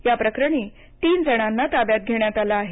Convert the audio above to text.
या प्रकरणी तीन जणांना ताब्यात घेण्यात आलं आहे